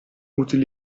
utili